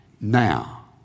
now